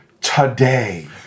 today